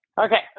Okay